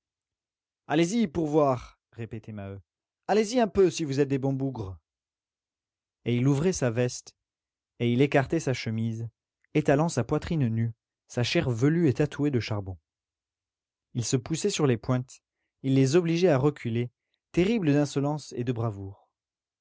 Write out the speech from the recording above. allez-y pour voir répétait maheu allez-y un peu si vous êtes de bons bougres et il ouvrait sa veste et il écartait sa chemise étalant sa poitrine nue sa chair velue et tatouée de charbon il se poussait sur les pointes il les obligeait à reculer terrible d'insolence et de bravoure